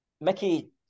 Mickey